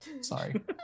Sorry